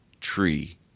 tree